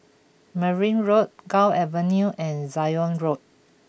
Merryn Road Gul Avenue and Zion Road